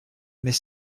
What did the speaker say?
mais